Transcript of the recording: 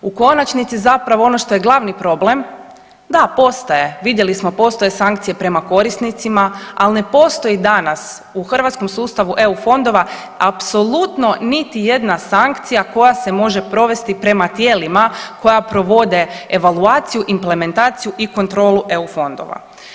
U konačnici zapravo ono što je glavni problem, da postoje, vidjeli smo postoje sankcije prema korisnicima, ali ne postoji danas u hrvatskom sustavu EU fondova apsolutno niti jedna sankcija koja se može provesti prema tijelima koja provode evaluaciju, implementaciju i kontrolu EU fondova.